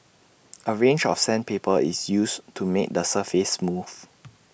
A range of sandpaper is used to make the surface smooth